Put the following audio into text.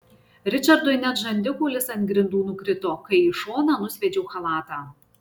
ričardui net žandikaulis ant grindų nukrito kai į šoną nusviedžiau chalatą